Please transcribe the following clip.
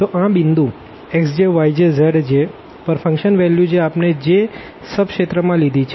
તો આ point xjyjzj પર ફંક્શન વેલ્યુ જે આપણે j સબ રિજિયન માં લીધી છે